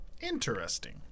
Interesting